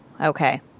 Okay